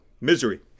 Misery